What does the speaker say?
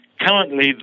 currently